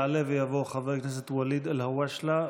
יעלה ויבוא חבר הכנסת ואליד אלהואשלה,